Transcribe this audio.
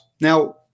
Now